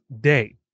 day